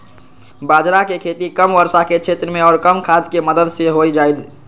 बाजरा के खेती कम वर्षा के क्षेत्र में और कम खाद के मदद से हो जाहई